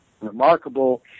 remarkable